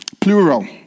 plural